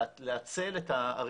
להצל את הערים.